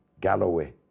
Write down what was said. Galloway